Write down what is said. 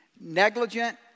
negligent